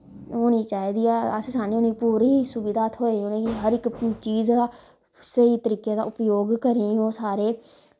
होनी चाही दी ऐ अस चाह्न्ने उनेंगी पूरी सुविधा थ्होए उनेंगी हर इक चीज़ स्हेई तरीके दा उपयोग करें ओह् सारे